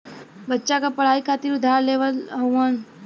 बच्चा क पढ़ाई खातिर उधार लेवल हउवन